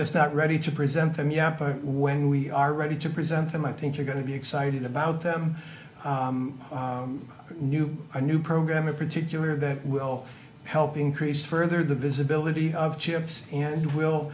just not ready to present them yet but when we are ready to present them i think you're going to be excited about them new a new program in particular that will help increase further the visibility of chips and w